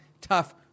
tough